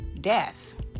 death